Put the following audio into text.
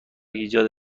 ایجاد